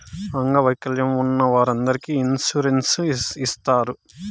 అంగవైకల్యం ఉన్న వారందరికీ ఇన్సూరెన్స్ ఇత్తారు